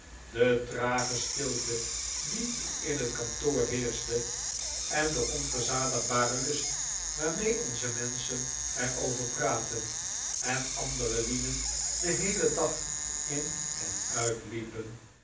de trage stilte die in het kantoor heerschte en de onverzadigbare lust waarmee onze menschen er over praatten en andere lieden den heelen dag in en uitliepen